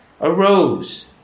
arose